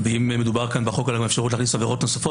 אם מדובר פה בחוק על אפשרות להכניס עבירות נוספות